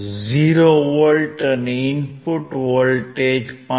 40 volt અને input voltage 5